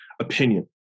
opinion